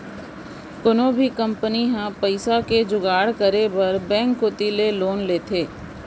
कोनो भी कंपनी ह पइसा के जुगाड़ करे बर बेंक कोती ले लोन लेथे